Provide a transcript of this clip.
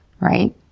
Right